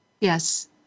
Yes